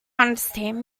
understand